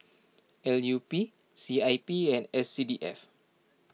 L U P C I P and S C D F